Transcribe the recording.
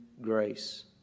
grace